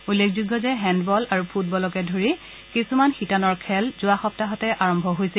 উল্লেখযোগ্য যে হেণ্ডবল আৰু ফুটবলকে ধৰি কিছুমান শিতানৰ খেল যোৱা সপ্তাহতে আৰম্ভ হৈছিল